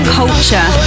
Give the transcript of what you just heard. culture